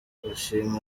bashima